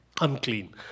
unclean